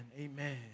Amen